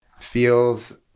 feels